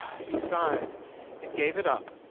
he sighed and gave it up.